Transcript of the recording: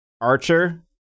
Archer